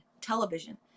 television